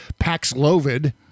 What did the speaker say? Paxlovid